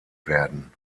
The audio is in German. werden